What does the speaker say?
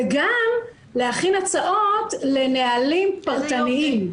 וגם להכין הצעות לנהלים פרטניים,